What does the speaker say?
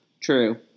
True